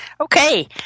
Okay